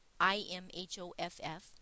I-M-H-O-F-F